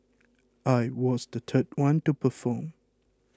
I was the third one to perform